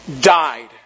died